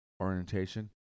orientation